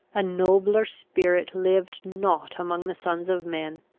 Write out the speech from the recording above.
a nobler spirit lived not among the sons of men.